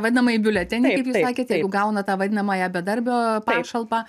vadinamąjį biuletenį kaip jūs sakėt jeigu gauna tą vadinamąją bedarbio pašalpą